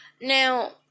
Now